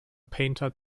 painter